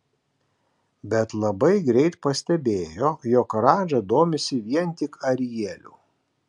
bet labai greit pastebėjo jog radža domisi vien tik arieliu